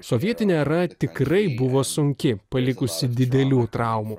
sovietinė era tikrai buvo sunki palikusi didelių traumų